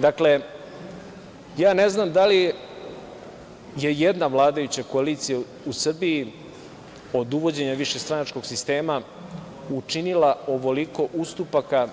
Dakle, ja ne znam da li je jedna vladajuća koalicija u Srbiji od uvođenja višestranačkog sistema učinila ovoliko ustupaka